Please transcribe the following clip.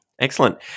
Excellent